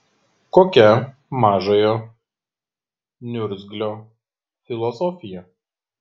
kokia mažojo niurzglio filosofija